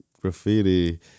graffiti